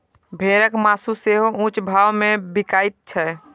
भेड़क मासु सेहो ऊंच भाव मे बिकाइत छै